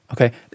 Okay